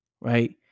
right